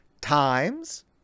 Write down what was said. times